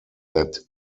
that